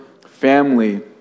family